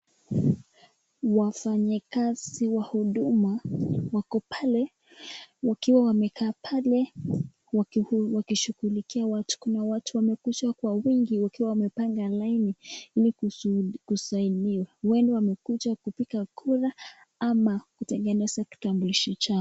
Wafanyikazi wa huduma wako pale wakiwa wamekaa pale wakishughulikia watu. Kuna watu wamekuja kwa wingi wakiwa wamepanga laini ili kusaidiwa. Huenda wamekuja kupiga kura ama kutengeneza kitambulisho chao.